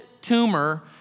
tumor